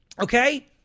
Okay